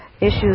issues